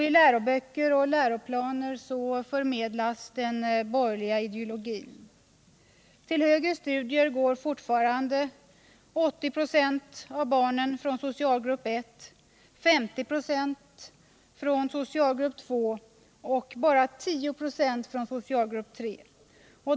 I läroböcker och läroplaner förmedlas den borgerliga ideologin. Till högre studier går fortfarande 80 96 av barnen från socialgrupp 1, 50 96 från socialgrupp 2 och bara 10 96 från socialgrupp 3.